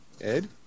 Ed